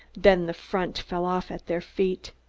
then the front fell off at their feet.